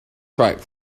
track